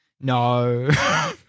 No